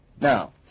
Now